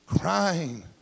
crying